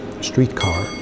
streetcar